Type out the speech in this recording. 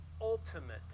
ultimate